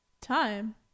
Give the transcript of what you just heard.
Time